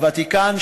הוותיקן,